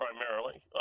primarily